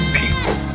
people